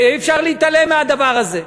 אי-אפשר להתעלם מהדבר הזה.